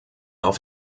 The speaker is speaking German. auf